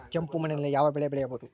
ಕೆಂಪು ಮಣ್ಣಿನಲ್ಲಿ ಯಾವ ಬೆಳೆ ಬೆಳೆಯಬಹುದು?